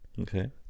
Okay